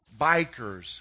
bikers